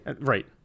Right